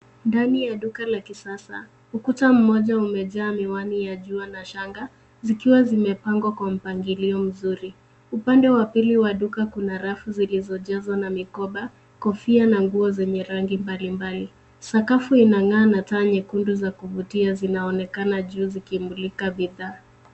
Ndani ya duka la kisasa ukuta mmoja umejaa miwani ya jua na shanga, zikiwa zimepangwa kwa mpangilio mzuri. Upande wa pili wa duka kuna rafu zilizojazwa na mikopa, kofia na nguo zenye rangi mbali mbali. Sakafu inangaa na taa nyekundu za kufutia zinaonekana juu zikimulika bidhaa.